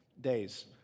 days